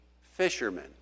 fishermen